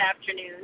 afternoon